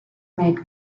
make